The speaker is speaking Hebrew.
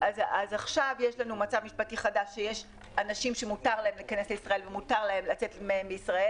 עכשיו יש מצב משפטי חדש של אנשים שמותר להם להיכנס לישראל ולצאת מישראל,